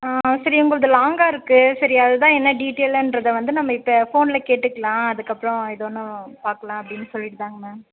சரி உங்களது லாங்காக இருக்கு சரி அது தான் என்ன டீட்டெயிலுன்றதை வந்து நம்ம இப்போ ஃபோனில் கேட்டுக்கலாம் அதற்கப்றோம் எதுவாக இருந்தாலும் பார்க்லாம் அப்படின் சொல்லிவிட்டு தாங்க மேம்